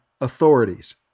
authorities